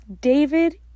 david